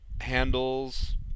handles